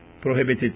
prohibited